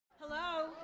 Hello